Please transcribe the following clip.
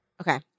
Okay